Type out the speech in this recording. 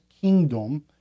kingdom